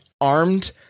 Armed